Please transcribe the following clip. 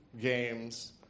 games